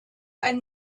ein